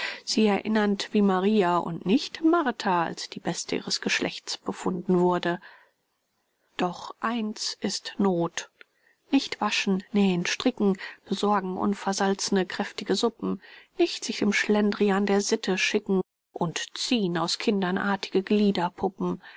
sie erinnernd wie maria und nicht martha als die beste ihres geschlechts befunden wurde doch eins ist noth nicht waschen nähen stricken besorgen unversalz'ne kräft'ge suppen nicht sich dem schlendrian der sitte schicken und zieh'n aus kindern art'ge